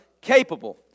capable